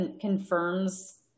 confirms